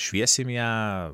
šviesime ją